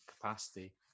capacity